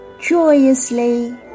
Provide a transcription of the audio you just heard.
joyously